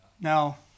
Now